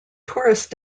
tourist